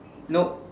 nope